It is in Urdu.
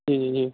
جی جی